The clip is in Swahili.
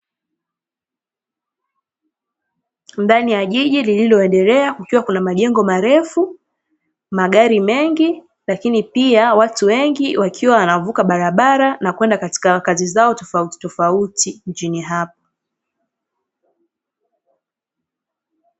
Ndani ya jiji lililoendelea, kukiwa kuna majengo marefu, magari mengi lakini pia watu wengi, wakiwa wanavuka barabara, na kwenda katika kazi zao tofautitofauti nchini hapo.